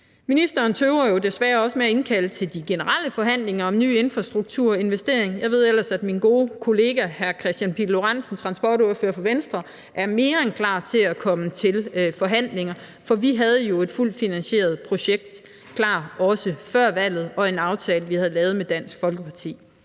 Ministeren tøver jo desværre også med at indkalde til de generelle forhandlinger om ny infrastrukturinvestering. Jeg ved ellers, at min gode kollega, hr. Kristian Pihl Lorentzen, transportordfører for Venstre, er mere end klar til at komme til forhandlinger, for vi havde jo et fuldt finansieret projekt klar også før valget – og en aftale, vi havde lavet med Dansk Folkeparti.